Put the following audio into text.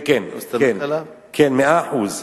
כן, כן, מאה אחוז.